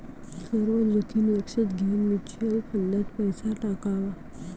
सर्व जोखीम लक्षात घेऊन म्युच्युअल फंडात पैसा टाकावा